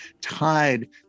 tied